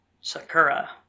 Sakura